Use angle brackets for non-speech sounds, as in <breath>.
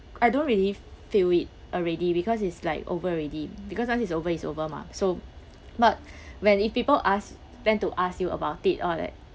I don't really feel it already because it's like over already because once it's over it's over mah so but <breath> when if people ask went to ask you about it or like